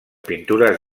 pintures